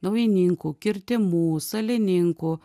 naujininkų kirtimų salininkų